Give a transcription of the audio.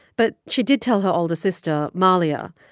but she did tell her older sister mahlia.